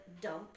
dump